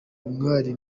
umwali